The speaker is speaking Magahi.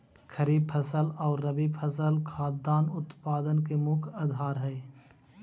खरीफ फसल आउ रबी फसल खाद्यान्न उत्पादन के मुख्य आधार हइ